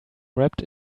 wrapped